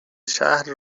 شهر